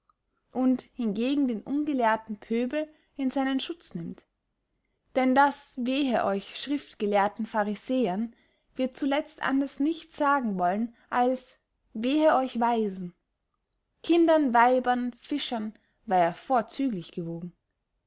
und hingegen den ungelehrten pöbel in seinen schutz nimmt denn das wehe euch schriftgelehrten pharisäern wird zuletzt anders nichts sagen wollen als wehe euch weisen kindern weibern fischern war er vorzüglich gewogen